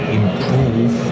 improve